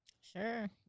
Sure